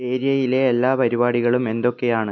ഏരിയയിലെ എല്ലാ പരിപാടികളും എന്തൊക്കെയാണ്